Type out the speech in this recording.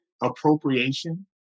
appropriation